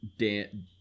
Dan